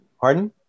Pardon